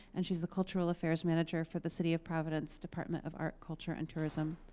and she's the cultural affairs manager for the city of providence department of art, culture, and tourism.